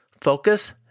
Focus